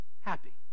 happy